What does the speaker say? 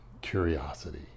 curiosity